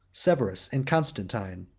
severus, and constantine,